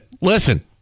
Listen